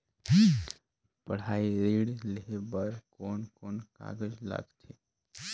पढ़ाई ऋण लेहे बार कोन कोन कागज लगथे?